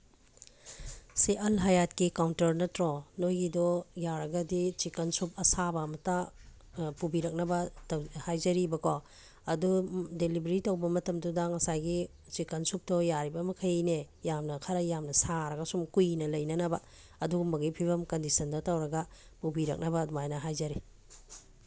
ꯁꯤ ꯑꯜ ꯍꯌꯥꯠꯀꯤ ꯀꯥꯎꯟꯇꯔ ꯅꯠꯇ꯭ꯔꯣ ꯅꯣꯏꯒꯤꯗꯣ ꯌꯥꯔꯒꯗꯤ ꯆꯤꯀꯟ ꯁꯨꯞ ꯑꯁꯥꯕ ꯑꯃꯠꯇ ꯄꯨꯕꯤꯔꯛꯅꯕ ꯍꯥꯏꯖꯔꯤꯕꯀꯣ ꯑꯗꯣ ꯗꯦꯂꯤꯚꯔꯤ ꯇꯧꯕ ꯃꯇꯝꯗꯨꯗ ꯉꯁꯥꯏꯒꯤ ꯆꯤꯀꯟ ꯁꯨꯞꯇꯣ ꯌꯥꯔꯤꯕ ꯃꯈꯩꯅꯦ ꯌꯥꯝꯅ ꯈꯔ ꯌꯥꯝꯅ ꯁꯥꯔꯒ ꯁꯨꯝ ꯀꯨꯏꯅ ꯂꯩꯅꯅꯕ ꯑꯗꯨꯒꯨꯝꯕꯒꯤ ꯐꯤꯕꯝ ꯀꯟꯗꯤꯁꯟꯗ ꯇꯧꯔꯒ ꯄꯨꯕꯤꯔꯛꯅꯕ ꯑꯗꯨꯃꯥꯏꯅ ꯍꯥꯏꯖꯔꯤ